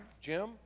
Jim